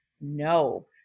No